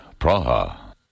Praha